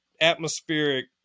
Atmospheric